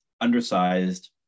undersized